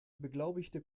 beglaubigte